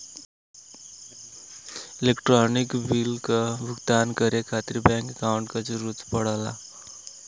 electronic bill क भुगतान करे खातिर बैंक अकांउट क जरूरत पड़ला